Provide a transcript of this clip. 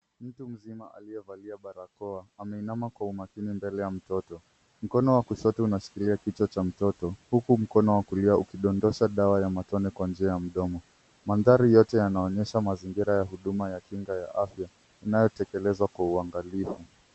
Mtu mzima aliyevalia barakoa ameinama kwa umakini mbele ya mtoto. Mkono wa kushoto unashikilia kichwa cha mtoto huku mkono wa kulia ukidondosha dawa ya matone kwa njia ya mdomo. Mandhari yote yanaonyesha hudumu ya kinga ya afya inayotekelezwa kwa uangalifu.